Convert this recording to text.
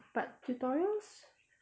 but tutorials